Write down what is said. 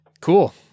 Cool